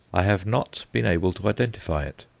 i have not been able to identify it.